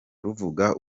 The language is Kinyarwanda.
ruvuga